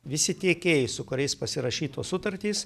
visi tiekėjai su kuriais pasirašytos sutartys